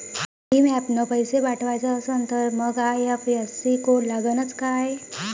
भीम ॲपनं पैसे पाठवायचा असन तर मंग आय.एफ.एस.सी कोड लागनच काय?